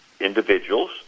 individuals